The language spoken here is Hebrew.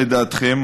לדעתכם,